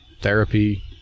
therapy